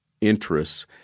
interests